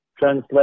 translate